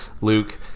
Luke